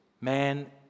Man